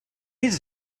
his